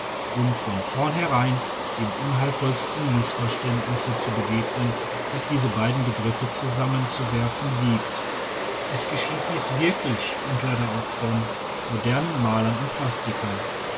um von vornherein dem unheilvollsten mißverständnisse zu begegnen das diese beiden begriffe zusammenzuwerfen liebt es geschieht dies wirklich und leider auch von modernen malern und plastikern